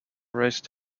raised